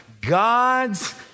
God's